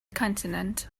continent